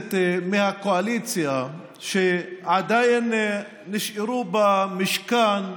הכנסת מהקואליציה שעדיין נשארו במשכן,